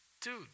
dude